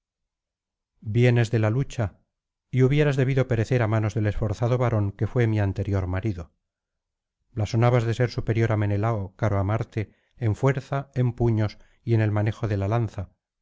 de la lucha y hubieras debido perecer á manos del esforzado varón que fué mi anterior marido blasonabas de ser superior á menelao caro á marte en fuerza en puños y en el manejo de la lanza